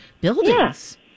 buildings